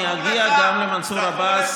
תאמין לי אני אגיע גם למנסור עבאס.